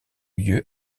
lieu